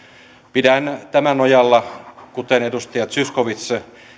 pidän tämän nojalla kuten edustaja zyskowicz